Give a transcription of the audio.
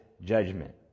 judgment